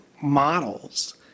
models